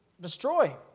destroy